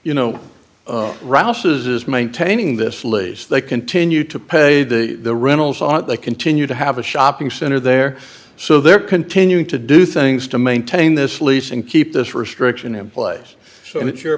you know rouses maintaining this lease they continue to pay the rentals on it they continue to have a shopping center there so they're continuing to do things to maintain this lease and keep this restriction in place so it's your